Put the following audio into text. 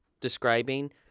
describing